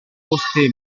poste